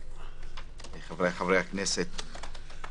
חבריי חברי הכנסת,